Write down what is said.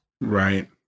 right